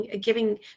giving